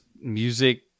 music